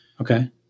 Okay